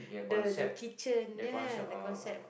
the the kitchen ya ya the concept